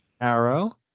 arrow